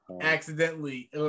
accidentally